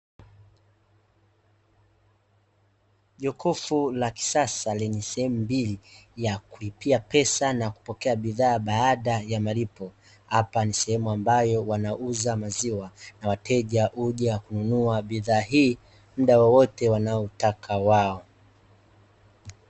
Jokofu la kisasa lenye Sehemu mbili ya kulipia pesa na kupokea bidhaa baada ya malipo, hapa ni sehemu ambayo inauzwa maziwa na wateja huja kununua bidha hii muda wowote wanaotaka wao.